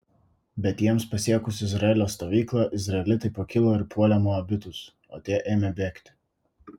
bet jiems pasiekus izraelio stovyklą izraelitai pakilo ir puolė moabitus o tie ėmė bėgti